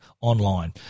online